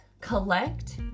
collect